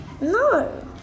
no